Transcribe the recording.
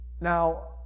Now